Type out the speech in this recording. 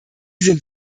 sind